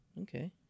Okay